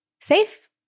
safe